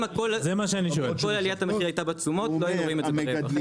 אם כל עליית המחיר הייתה בתשומות לא היינו רואים את זה ברווח.